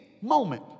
moment